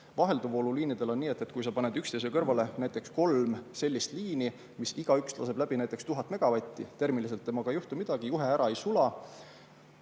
Vahelduvvooluliinidel on nii, et kui sa paned üksteise kõrvale näiteks kolm sellist liini, millest igaüks laseb läbi näiteks 1000 megavatti, siis termiliselt temaga ei juhtu midagi, juhe ära ei sula,